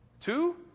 Two